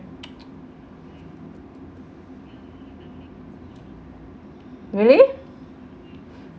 really